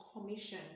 commission